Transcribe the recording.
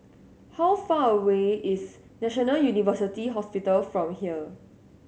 how far away is National University Hospital from here